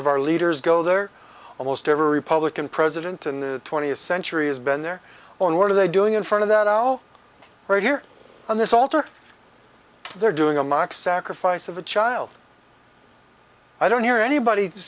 of our leaders go there almost every republican president in the twentieth century has been there on were they doing in front of that aisle right here on this altar they're doing a mock sacrifice of a child i don't hear anybody